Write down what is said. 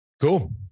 Cool